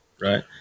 right